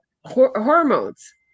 hormones